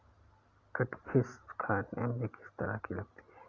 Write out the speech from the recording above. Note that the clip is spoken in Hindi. कैटफिश खाने में किस तरह की लगती है?